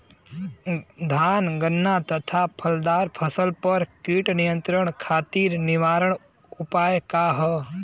धान गन्ना तथा फलदार फसल पर कीट नियंत्रण खातीर निवारण उपाय का ह?